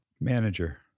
manager